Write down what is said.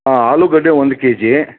ಹಾಂ ಆಲೂಗಡ್ಡೆ ಒಂದು ಕೆಜಿ